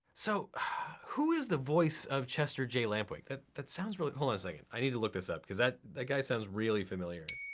so who is the voice of chester j. lampwick? that that sounds really, hold on a second, i need to look this up because that guy sounds really familiar.